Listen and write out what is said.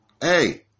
hey